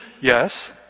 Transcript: Yes